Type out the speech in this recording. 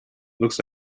looks